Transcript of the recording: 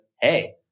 hey